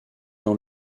dans